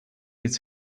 his